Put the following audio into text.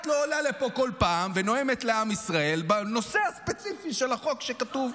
את לא עולה לפה כל פעם ונואמת לעם ישראל בנושא הספציפי של החוק שכתוב.